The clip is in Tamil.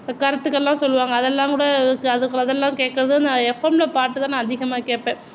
கருத்துகள்லாம் சொல்லுவாங்க அதெல்லாம் கூட அதெல்லாம் கேட்குறது எஃப்எம்மில் பாட்டுதான் நான் அதிகமாக கேட்பேன்